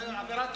זו עבירת רכוש.